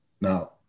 Now